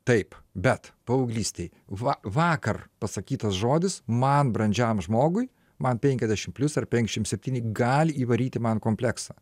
taip bet paauglystėj va vakar pasakytas žodis man brandžiam žmogui man penkiasdešimt plius ar penkiasdešimt septyni gali įvaryti man kompleksą